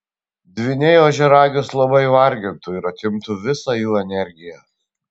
dvyniai ožiaragius labai vargintų ir atimtų visą jų energiją